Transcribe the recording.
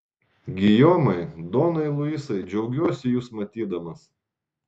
gijomai donai luisai džiaugiuosi jus matydamas